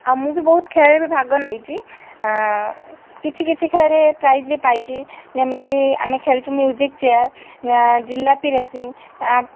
ଆଉ ମୁଁ ବି ବହୁତ ଖେଳରେ ଭାଗ ନେଇଛି କିଛି କିଛି ଖେଳରେ ପ୍ରାଇଜ୍ ବି ପାଇଛି ଯେମିତି କି ଆମେ ଖେଳିଚୁ ମ୍ୟୁଜିକ୍ ଚେୟାର୍ ଜିଲାପି ରେସିଂ